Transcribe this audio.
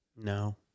No